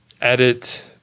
edit